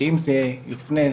שאם זה ייפנה דרכנו,